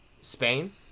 Spain